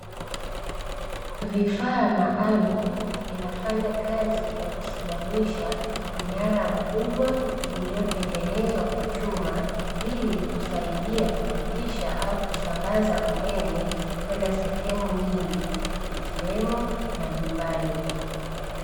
Vifaa maalumu vinafanya kazi ya kusimamisha mnara mkubwa uliyotengenezwa kwa chuma ilikusaidia kupitisha au kusambaza umeme kwenda sehemu nyingi ikiwemo majumbani.